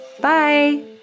Bye